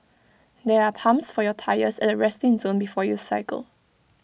there are pumps for your tyres at the resting zone before you cycle